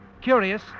Curious